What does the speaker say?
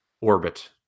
orbit